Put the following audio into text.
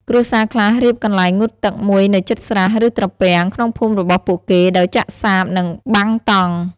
គ្រួសារខ្លះរៀបកន្លែងងូតទឹកមួយនៅជិតស្រះ ឬ ត្រពាំងក្នុងភូមិរបស់ពួកគេ ដោយចាក់សាប និងបាំងតង់។